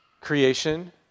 Creation